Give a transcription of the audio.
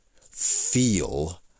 Feel